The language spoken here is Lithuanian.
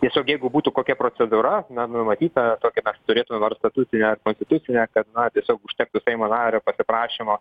tiesiog jeigu būtų kokia procedūra na numatyta tokia mes turėtume statutinę ar konstitucinę kad tiesiog užtektų seimo nario prašymo